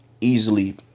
easily